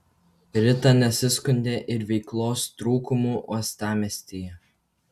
rita nesiskundė ir veiklos trūkumu uostamiestyje